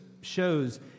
shows